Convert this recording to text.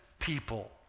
people